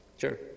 Sure